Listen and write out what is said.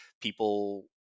people